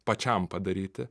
pačiam padaryti